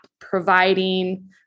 providing